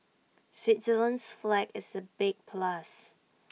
Switzerland's flag is A big plus